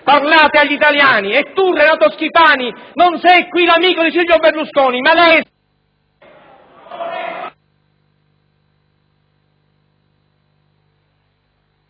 parlate agli italiani. E tu, Renato Schifani, non sei qui l'amico di Silvio Berlusconi. Ma lei...